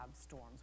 storms